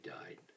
died